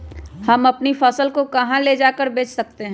हम अपनी फसल को कहां ले जाकर बेच सकते हैं?